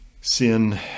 sin